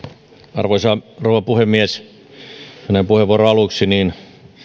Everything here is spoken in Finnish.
arvoisa rouva puhemies näin puheenvuoron aluksi